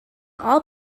all